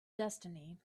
destiny